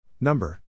Number